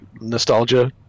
nostalgia